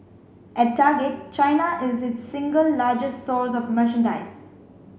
at Target China is its single largest source of merchandise